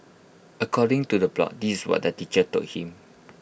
according to the blog this what the teacher told him